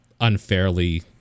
unfairly